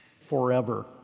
forever